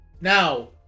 Now